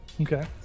Okay